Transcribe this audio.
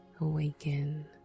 awaken